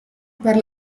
per